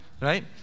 Right